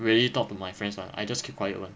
really talk to my friends [one] I just keep quiet [one]